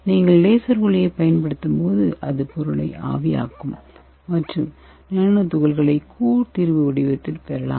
நீங்கள் லேசர் ஒளியைப் பயன்படுத்தும்போது அது பொருளை ஆவியாக்கும் மற்றும் நானோ துகள்களை கூழ் தீர்வு வடிவத்தில் பெறலாம்